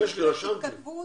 יש לי בגרות